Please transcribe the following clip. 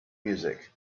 music